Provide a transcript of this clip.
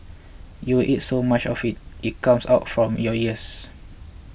you will eat so much of it it comes out from your ears